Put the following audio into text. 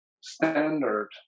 standard